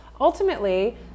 ultimately